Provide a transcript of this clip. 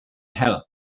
help